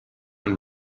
and